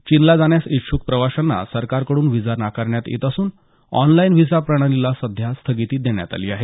चीनला जाण्यास इच्छ्क प्रवाशांना सरकारकडून व्हिसा नाकारण्यात येत असून ऑनलाइन व्हिसा प्रणालीला सध्या स्थगिती देण्यात आली आहे